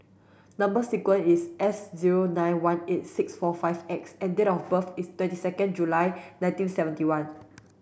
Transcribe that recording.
number sequence is S zero nine one eight six four five X and date of birth is twenty second July nineteen seventy one